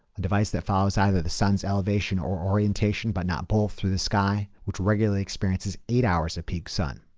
a device that follows either the sun's elevation or orientation, but not both through the sky, which regularly experiences eight hours of peak sun.